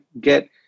get